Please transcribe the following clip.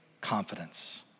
confidence